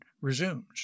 resumes